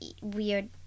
weird